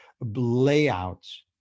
layouts